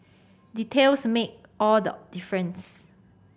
details make all the difference